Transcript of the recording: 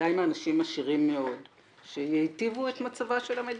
בוודאי מאנשים עשירים מאוד שיטיבו את מצבה של המדינה,